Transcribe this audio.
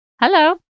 Hello